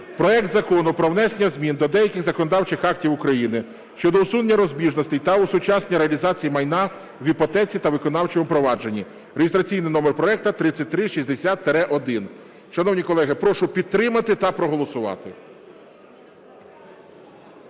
Проект Закону про внесення змін до деяких законодавчих актів України щодо усунення розбіжностей та осучаснення реалізації майна в іпотеці та виконавчому провадженні (реєстраційний номер проекту 3360-1). Шановні колеги, прошу підтримати та проголосувати.